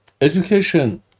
Education